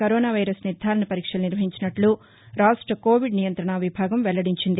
corona virus నిర్దారణ వరీక్షలు నిర్వహించినట్లు రాష్ట కోవిడ్ నియంతణ విభాగం వెల్లడించింది